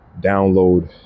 download